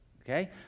Okay